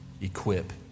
equip